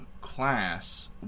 class